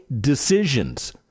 decisions